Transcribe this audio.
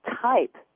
type